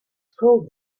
called